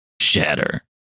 Shatter